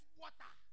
water